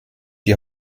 die